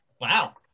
Wow